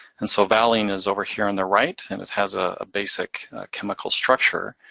and so, valine is over here on the right, and it has a ah basic chemical structure.